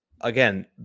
again